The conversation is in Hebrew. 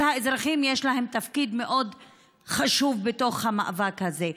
אז לאזרחים יש תפקיד מאוד חשוב בתוך המאבק הזה,